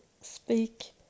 speak